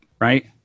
right